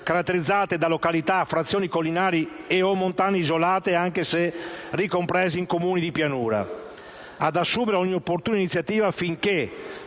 caratterizzate da località, frazioni collinari o montane isolate, anche se ricomprese in Comuni di pianura. Si impegna dunque ad assumere ogni opportuna iniziativa affinché